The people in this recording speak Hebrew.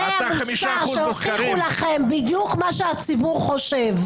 אלי המוסר הוכיחו לכם בדיוק מה שהציבור חושב.